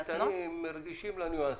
אתם המשפטנים רגישים לניואנסים.